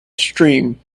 stream